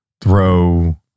throw